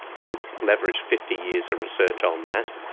we could leverage fifty years of research on that,